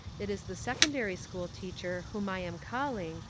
it is the secondary school teacher whom i am calling,